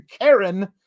Karen